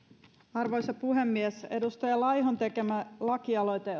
arvoisa puhemies edustaja laihon tekemä lakialoite